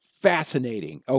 fascinating